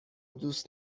دوست